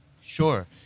Sure